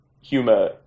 Humor